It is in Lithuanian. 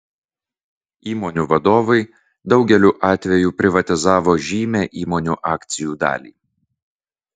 įmonių vadovai daugeliu atveju privatizavo žymią įmonių akcijų dalį